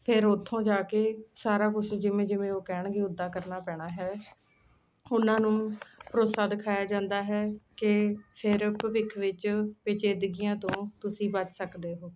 ਫਿਰ ਉੱਥੋਂ ਜਾ ਕੇ ਸਾਰਾ ਕੁਛ ਜਿਵੇਂ ਜਿਵੇਂ ਉਹ ਕਹਿਣਗੇ ਉੱਦਾਂ ਕਰਨਾ ਪੈਣਾ ਹੈ ਉਨ੍ਹਾਂ ਨੂੰ ਭਰੋਸਾ ਦਿਖਾਇਆ ਜਾਂਦਾ ਹੈ ਕਿ ਫਿਰ ਭਵਿੱਖ ਵਿੱਚ ਪੇਚੀਦਗੀਆਂ ਤੋਂ ਤੁਸੀਂ ਬਚ ਸਕਦੇ ਹੋ